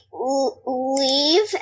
leave